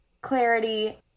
clarity